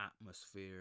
atmosphere